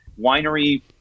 winery